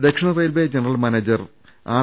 Dakshina railway general manager R